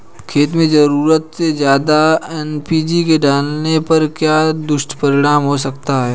खेत में ज़रूरत से ज्यादा एन.पी.के डालने का क्या दुष्परिणाम हो सकता है?